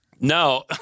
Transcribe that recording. No